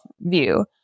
view